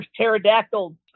Pterodactyl